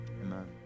Amen